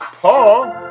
Paul